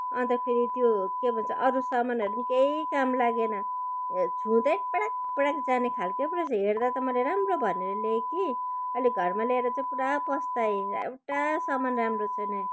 अन्त फेरि त्यो के भन्छ अरू सामानहरू पनि केही काम लागेन छुँदै पड्याक पड्याक जानेखाल्के पो रहेछ त मैले राम्रो भनेर ल्याएँ कि अहिले घरमा ल्याएर चाहिँ पुरा पछुताएँ एउटा सामान राम्रो छैन